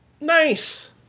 Nice